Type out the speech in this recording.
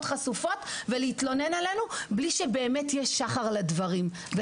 חשופות ולהתלונן עלינו בלי שבאמת יש שחר לדברים.